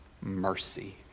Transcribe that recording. mercy